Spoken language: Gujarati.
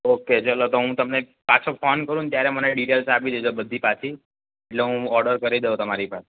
ઓકે ચાલો તો હું તમને પાછો ફોન કરું ને ત્યારે મને ડિટેલ્સ આપી દેજો બધી પાછી એટલે હું ઓડર કરી દઉં તમારી પર